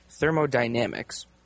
thermodynamics